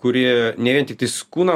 kuri ne vien tiktais kūną